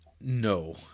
No